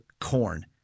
corn